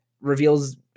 reveals